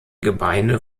gebeine